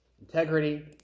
integrity